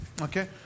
Okay